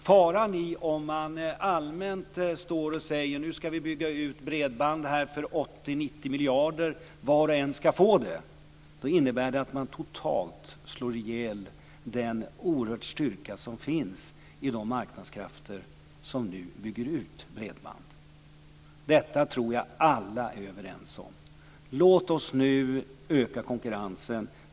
Faran i att allmänt säga att vi nu ska bygga ut bredband för 80-90 miljarder och att var och en ska få tillgång är att man totalt slår ihjäl den oerhörda styrka som finns i de marknadskrafter som nu bygger ut bredband. Detta tror jag att alla är överens om. Låt oss nu öka konkurrensen.